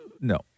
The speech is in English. No